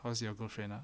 how's your girlfriend ah